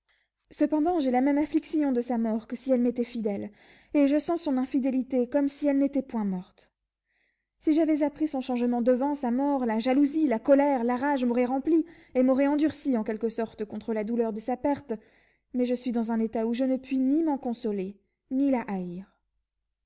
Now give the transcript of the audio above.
cependant j'ai la même affection de sa mort que si elle m'était fidèle et je sens son infidélité comme si elle n'était point morte si j'avais appris son changement avant sa mort la jalousie la colère la rage m'auraient rempli et m'auraient endurci en quelque sorte contre la douleur de sa perte mais je suis dans un état où je ne puis ni m'en consoler ni la haïr